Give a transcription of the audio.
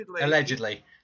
allegedly